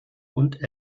und